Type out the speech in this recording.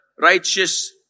righteous